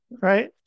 Right